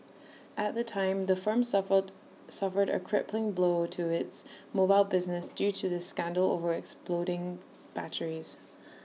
at the time the firm suffered suffered A crippling blow to its mobile business due to the scandal over exploding batteries